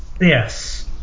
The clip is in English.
Yes